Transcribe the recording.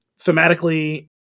thematically